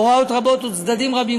הוראות רבות וצדדים רבים,